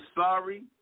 sorry